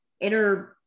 inner